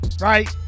right